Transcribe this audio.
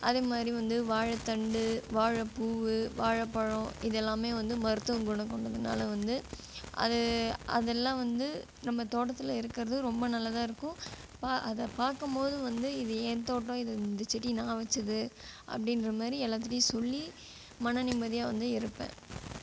அதேமாதிரி வந்து வாழை தண்டு வாழை பூ வாழை பழம் இது எல்லாமே வந்து மருத்துவ குணம் கொண்டதுனால் வந்து அது அது எல்லாம் வந்து நம்ம தோட்டத்தில் இருக்கிறது ரொம்ப நல்லதாக இருக்கும் பா அதை பார்க்கும் போது வந்து இது என் தோட்டம் இது இந்த செடி நான் வச்சது அப்படின்ற மாதிரி எல்லார்கிட்டையும் சொல்லி மன நிம்மதியாக வந்து இருப்பேன்